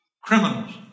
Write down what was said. criminals